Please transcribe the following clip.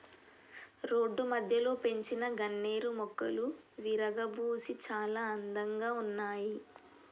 road మధ్యలో పెంచిన గన్నేరు మొక్కలు విరగబూసి చాలా అందంగా ఉన్నాయి